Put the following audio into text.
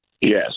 Yes